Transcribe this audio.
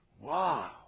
Wow